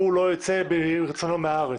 הוא לא יצא מרצונו מהארץ.